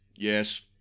Yes